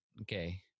okay